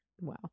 Wow